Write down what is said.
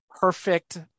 perfect